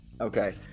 Okay